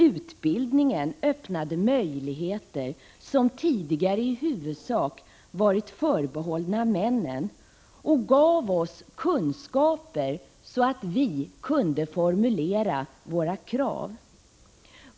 Utbildningen öppnade möjligheter som tidigare i huvudsak varit förbehållna männen och gav oss kunskaper så att vi kunde formulera våra krav.